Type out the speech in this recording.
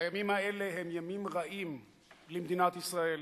הימים האלה הם ימים רעים למדינת ישראל,